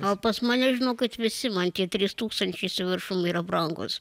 gal pas mane žinokit visi man tie trys tūkstančiai su viršum yra brangūs